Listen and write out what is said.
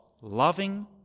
loving